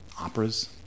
operas